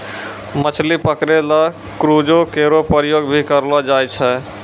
मछली पकरै ल क्रूजो केरो प्रयोग भी करलो जाय छै